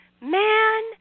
Man